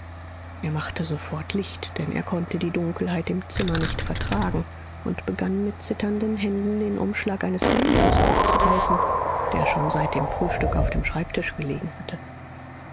er machte sofort licht denn er konnte die dunkelheit im zimmer nicht vertragen und begann mit zitternden händen den umschlag eines briefes aufzureißen der schon seit dem frühstück auf dem schreibtisch gelegen hatte